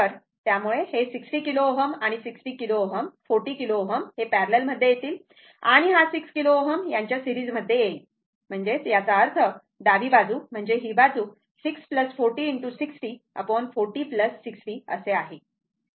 तर 40 किलो Ω आणि 60 किलो Ω हे पॅरलल मध्ये येतील आणि हा 6 किलो Ω यांच्या सिरीज मध्ये येईल याचा अर्थ डावी बाजू म्हणजे ही बाजू 6 40 ✕ 60 40 60 आहे